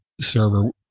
server